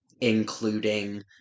including